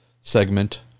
segment